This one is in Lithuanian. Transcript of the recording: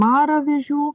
marą vėžių